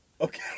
Okay